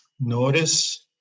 notice